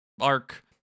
arc